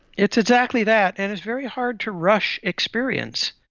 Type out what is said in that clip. it's exactly that, and it's very hard to rush experience.